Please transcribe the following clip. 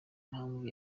mpamvu